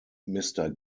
mister